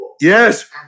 Yes